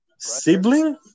Sibling